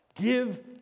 Give